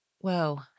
Whoa